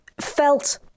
felt